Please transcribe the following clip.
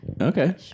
Okay